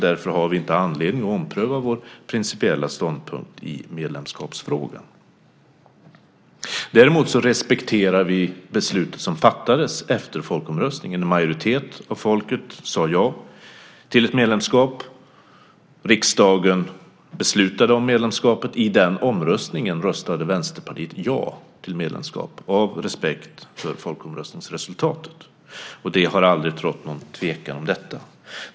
Därför har vi ingen anledning att ompröva vår principiella ståndpunkt i medlemskapsfrågan. Däremot respekterar vi beslutet som fattades efter folkomröstningen. En majoritet av folket sade ja till ett medlemskap. Riksdagen beslutade om medlemskapet, och i den omröstningen röstade Vänsterpartiet ja till medlemskap av respekt för folkomröstningsresultatet. Det har aldrig rått någon tvekan om detta.